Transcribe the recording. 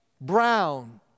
Brown